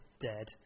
dead